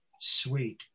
sweet